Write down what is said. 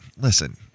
listen